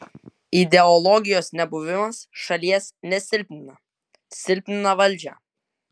ideologijos nebuvimas šalies nesilpnina silpnina valdžią